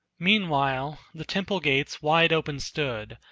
meanwhile the temple-gates wide open stood,